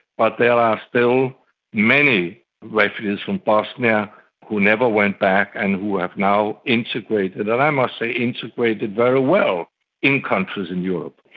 but there are still many refugees from bosnia who never went back and who have now integrated, and i must say integrated very well in countries in europe.